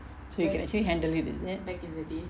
so you can actually handle it is it